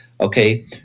Okay